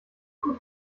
gut